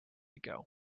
ago